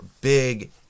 big